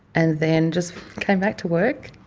and then just came back to work.